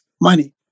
money